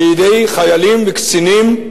בידי חיילים וקצינים,